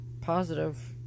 positive